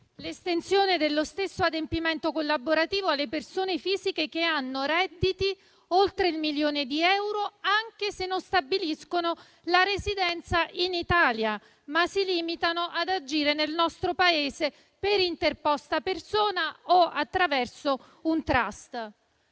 l'estensione dello stesso adempimento collaborativo alle persone fisiche che hanno redditi oltre il milione di euro, anche se non stabiliscono la residenza in Italia, ma si limitano ad agire nel nostro Paese per interposta persona o attraverso un *trust*.